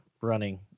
running